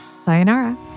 sayonara